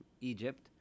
Egypt